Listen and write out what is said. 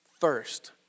first